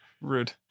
rude